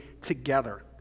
together